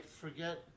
forget